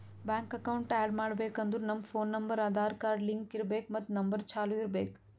bank account add ಮಾಡ್ಬೇಕ್ ಅಂದುರ್ ನಮ್ ಫೋನ್ ನಂಬರ್ ಆಧಾರ್ ಕಾರ್ಡ್ಗ್ ಲಿಂಕ್ ಇರ್ಬೇಕ್ ಮತ್ ನಂಬರ್ ಚಾಲೂ ಇರ್ಬೇಕ್